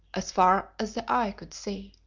as far as the eye could see.